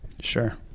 Sure